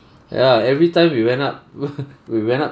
ya every time we went up we went up